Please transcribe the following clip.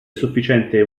sufficiente